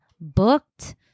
booked